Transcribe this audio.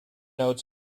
oates